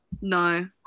No